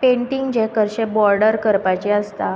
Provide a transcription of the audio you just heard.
painting जें कशें border करपाचें आसता